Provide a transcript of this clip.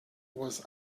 was